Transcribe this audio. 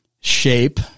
shape